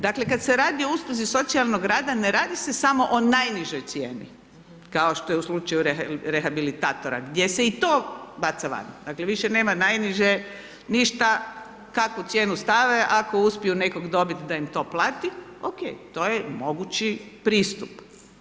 Dakle, kad se radi o usluzi socijalnog rada, ne radi se samo o najnižoj cijeni kao što je u slučaju rehabilitatora gdje se i to baca van, dakle, više nema najniže, ništa, kakvu cijenu stave, ako uspiju nekog dobit da im to plati, ok, to je mogući pristup.